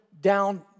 down